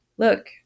Look